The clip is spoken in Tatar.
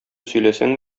сөйләсәң